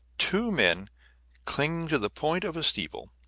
two men clinging to the point of a steeple.